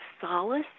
solace